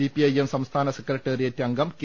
CPIM സംസ്ഥാന secretariat അംഗം K